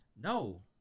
No